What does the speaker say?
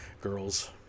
girls